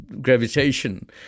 gravitation